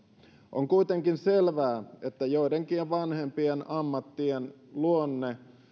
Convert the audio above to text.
on kuitenkin selvää että joidenkin vanhempien ammattien luonne